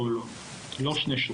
לא שני שוטרים.